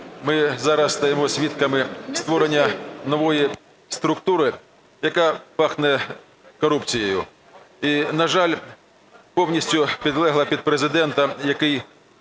ми зараз стаємо свідками створення нової структури, яка пахне корупцією, і, на жаль, повністю підлегла під Президента, який